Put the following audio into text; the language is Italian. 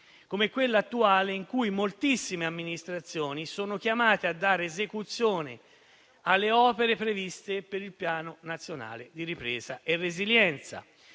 come quello attuale, in cui moltissime amministrazioni sono chiamate a dare esecuzione alle opere previste per il Piano nazionale di ripresa e resilienza,